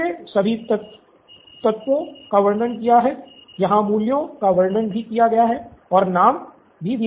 इसलिए सभी तत्वों भी दिए गए हैं